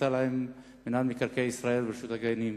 להם מינהל מקרקעי ישראל ורשות הגנים.